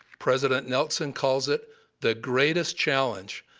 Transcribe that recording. president nelson calls it the greatest challenge,